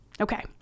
Okay